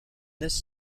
this